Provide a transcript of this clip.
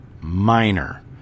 Minor